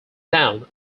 down